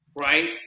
Right